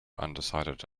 undecided